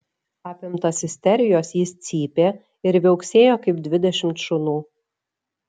apimtas isterijos jis cypė ir viauksėjo kaip dvidešimt šunų